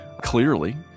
clearly